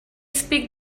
speak